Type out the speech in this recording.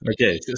Okay